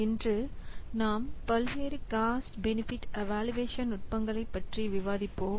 இன்று நாம் பல்வேறு காஸ்ட் பெனிஃபிட் இவாலுயேஷன் நுட்பங்களைப் பற்றி விவாதிப்போம்